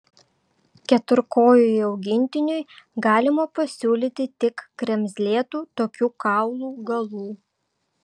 keturkojui augintiniui galima pasiūlyti tik kremzlėtų tokių kaulų galų